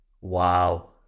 Wow